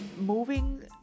moving